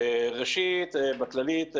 ראשית, בכללית,